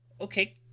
Okay